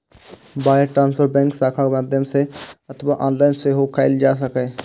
wire transfer bank शाखाक माध्यम सं अथवा ऑनलाइन सेहो कैल जा सकैए